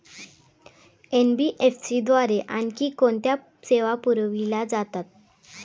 NBFC द्वारे आणखी कोणत्या सेवा पुरविल्या जातात?